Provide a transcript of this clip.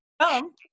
come